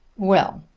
well,